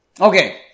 Okay